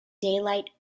daylight